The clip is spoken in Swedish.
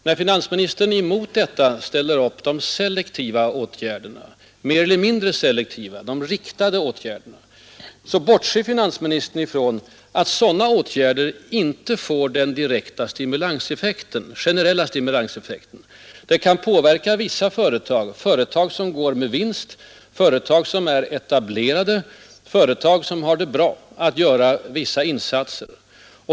När finansministern mot detta ställer upp de mer eller mindre selektiva åtgärderna — de riktade åtgärderna — bortser finansministern från att sådana åtgärder inte får en generell stimulanseffekt. De kan påverka vissa företag — företag som går med vinst, företag som är etablerade, företag som har det bra — att göra vissa insatser.